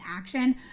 action